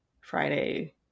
Friday